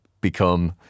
become